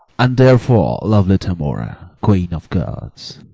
and therefore, lovely tamora, queen of goths,